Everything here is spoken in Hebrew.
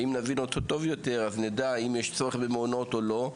ואם נבין אותו טוב יותר אז נדע אם יש צורך במעונות או לא,